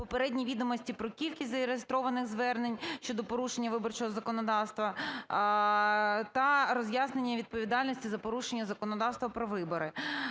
попередні відомості про кількість зареєстрованих звернень щодо порушення виборчого законодавства та роз'яснення відповідальності за порушення законодавства про вибори.